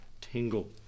tingle